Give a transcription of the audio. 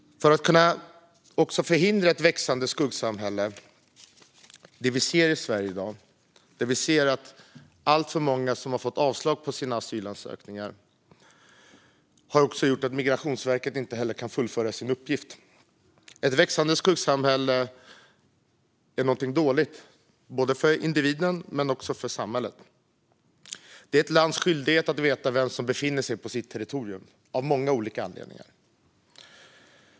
Vi ser ett växande skuggsamhälle i Sverige i dag, med alltför många som har fått avslag på sina asylansökningar. Det har gjort att Migrationsverket inte kan fullfölja sin uppgift. Ett växande skuggsamhälle är någonting dåligt både för individen och för samhället. Det är ett lands skyldighet att veta vem som befinner sig på dess territorium, av många olika anledningar.